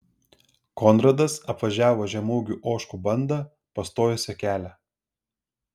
konradas apvažiavo žemaūgių ožkų bandą pastojusią kelią